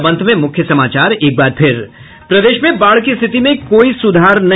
और अब अंत में मुख्य समाचार प्रदेश में बाढ़ की स्थिति में कोई सुधार नहीं